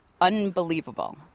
unbelievable